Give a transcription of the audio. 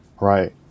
Right